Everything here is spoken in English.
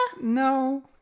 No